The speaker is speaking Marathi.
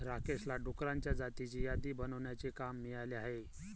राकेशला डुकरांच्या जातींची यादी बनवण्याचे काम मिळाले आहे